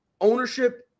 ownership